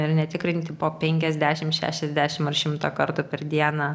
ir netikrinti po penkiasdešimt šešiasdešimt ar šimtą kartų per dieną